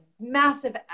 massive